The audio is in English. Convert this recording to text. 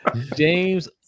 James